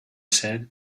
said